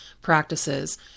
practices